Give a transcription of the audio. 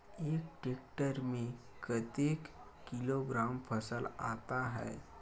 एक टेक्टर में कतेक किलोग्राम फसल आता है?